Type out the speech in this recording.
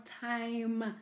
time